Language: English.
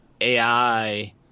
AI